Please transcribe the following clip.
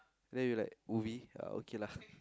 then we like movie ah okay lah